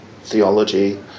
theology